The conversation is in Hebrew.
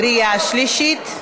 קריאה שלישית.